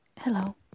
Hello